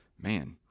man